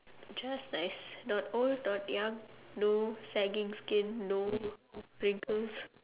just nice not old young no saggy skin no wrinkles